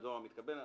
שהדואר מתקבל.